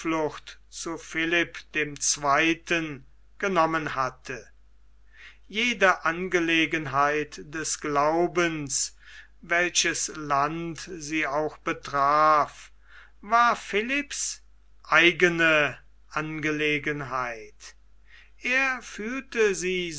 zu philipp dem zweiten genommen hatte jede angelegenheit des glaubens welches land sie auch betraf war philipps eigene angelegenheit er fühlte sie